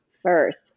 first